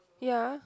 ya